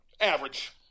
Average